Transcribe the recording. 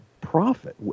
profit